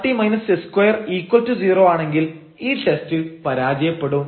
rt s20 ആണെങ്കിൽ ഈ test പരാജയപ്പെടും